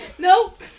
Nope